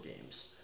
games